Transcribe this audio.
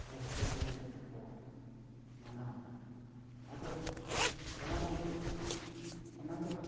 ᱨᱟᱹᱥᱠᱟᱹ ᱪᱮᱦᱮᱞᱼᱪᱮᱯᱮᱞ ᱠᱚ ᱢᱟᱱᱟᱣᱟ ᱟᱫᱚ ᱚᱱᱟ ᱵᱩᱨᱩ ᱚᱱᱟᱫᱚ